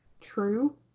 True